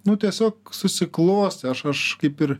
nu tiesiog susiklostė aš aš kaip ir